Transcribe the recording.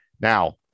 now